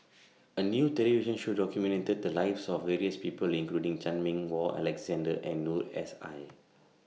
A New television Show documented The Lives of various People including Chan Meng Wah Alexander and Noor S I